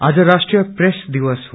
आज राष्ट्ररश प्रेस दिवस हो